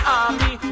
army